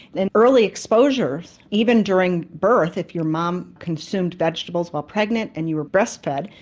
and early exposure, so even during birth if your mom consumed vegetables while pregnant and you were breastfed,